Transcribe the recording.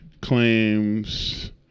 claims